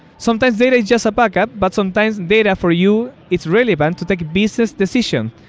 sometimes data is just a backup, but sometimes data for you, it's relevant to take a business decision.